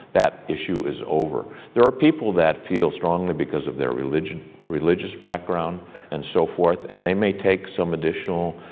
that issue is over. there are people that feel strongly because of their religious religious background and so forth, and they make take some additional